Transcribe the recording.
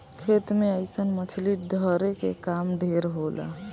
खेत मे अइसन मछली धरे के काम ढेर होला